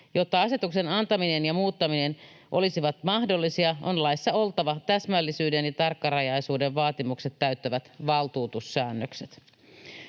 Jotta asetuksen antaminen ja muuttaminen olisivat mahdollisia, on laissa oltava täsmällisyyden ja tarkkarajaisuuden vaatimukset täyttävät valtuutussäännökset.